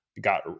got